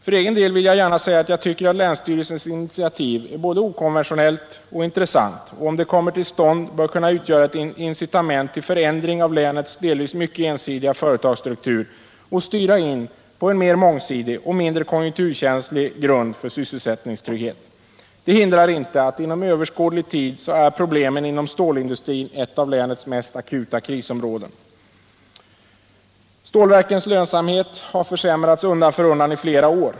För egen del vill jag gärna säga att jag tycker att länsstyrelsens initiativ är både okonventionellt och intressant och om bolaget kommer till stånd bör det kunna utgöra ett incitament till förändring av länets delvis mycket ensidiga företagsstruktur och styra in på en mer mångsidig och mindre konjunkturkänslig grund för sysselsättningstrygghet. Det hindrar inte att inom överskådlig tid är stålindustrin ett av länets mest akuta krisområden. Stålverkens lönsamhet har försämrats undan för undan i flera år.